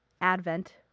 Advent